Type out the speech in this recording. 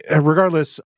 regardless